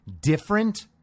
different